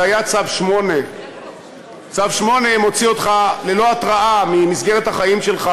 זה היה צו 8. צו 8 מוציא אותך ללא התרעה ממסגרת החיים שלך.